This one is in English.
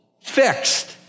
fixed